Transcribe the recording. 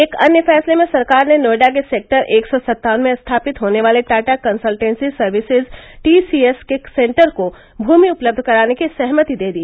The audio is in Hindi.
एक अन्य फैसले में सरकार ने नोएडा के सेक्टर एक सौ सत्तावन में स्थापित होने वाले टाटा कन्सलटेंसी सर्विसेज टीसीएस के सेन्टर को भूमि उपलब्ध कराने की सहमति दे दी